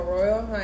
Royal